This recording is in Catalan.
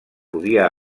podia